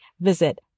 visit